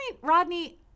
Rodney